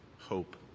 Hope